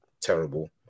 terrible